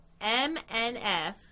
MNF